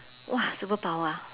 !wah! superpower ah